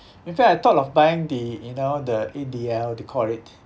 in fact I thought of buying the you know the A_D_L they call it